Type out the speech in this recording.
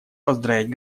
поздравить